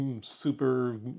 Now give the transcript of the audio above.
Super